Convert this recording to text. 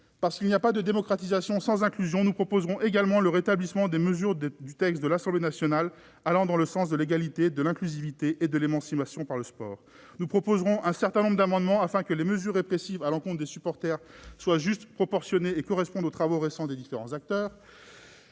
Parce qu'il n'y a pas de démocratisation sans inclusion, nous proposerons également le rétablissement du texte de l'Assemblée nationale pour toutes les mesures allant dans le sens de l'égalité, de l'inclusivité et de l'émancipation par le sport. Nous proposerons un certain nombre d'amendements afin que les mesures répressives à l'encontre des supporters soient justes, proportionnées et correspondent aux travaux récents des différents acteurs.